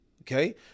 okay